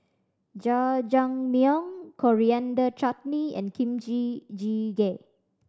Jajangmyeon Coriander Chutney and Kimchi Jjigae